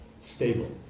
stable